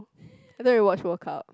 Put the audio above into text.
I thought you watch World Cup